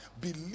Believe